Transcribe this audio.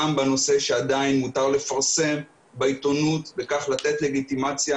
הם מופקרים גם בנושא שעדיין מותר לפרסם בעיתונות ובכך לתת לגיטימציה